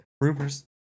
Rumors